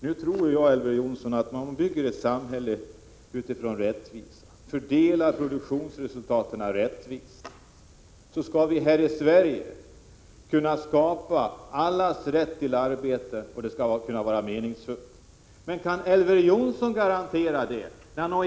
Nu tror jag, Elver Jonsson, att om man bygger ett samhälle, där man utgår från rättvisa, där man fördelar produktionsresultaten rättvist, så skall vi här i riksdagen kunna genomföra allas rätt till arbete, och ett arbete som är meningsfullt. Kan Elver Jonsson garantera detta?